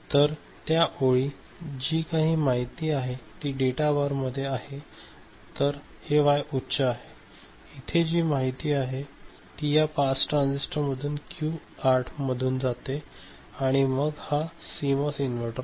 तर त्या वेळी जी काही माहिती आहे ती या डेटा बारमध्ये आहे आणि तर हे वाय उच्च आहे आणि इथे जी माहिती आहे ती या पास ट्रान्झिस्टर क्यू 8 मधून जाते आणि मग हा सीमॉस इन्व्हर्टर आहे